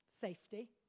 safety